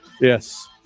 Yes